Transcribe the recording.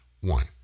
one